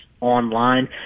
online